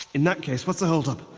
in that case, what's the hold up?